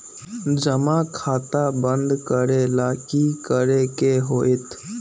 जमा खाता बंद करे ला की करे के होएत?